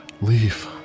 leave